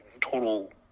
Total